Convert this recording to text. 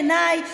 בעיניי,